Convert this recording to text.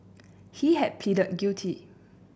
he had pleaded guilty